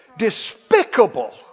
despicable